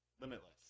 Limitless